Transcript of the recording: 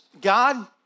God